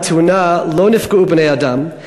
בתאונה לא נפגעו בני-אדם,